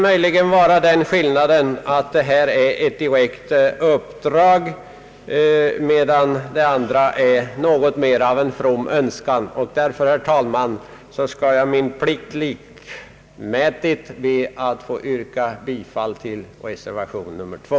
Möjligen skulle den skillnaden föreligga att reservanterna vill utdela ett direkt uppdrag till riksskattenämnden, medan utskottet i sitt betänkande mera uttrycker en from önskan. Därför, herr talman, skall jag min plikt likmätigt be att få yrka bifall till reservation nr 2.